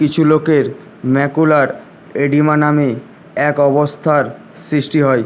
কিছু লোকের macular oedema নামে এক অবস্থার সৃষ্টি হয়